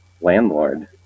landlord